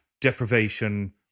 Deprivation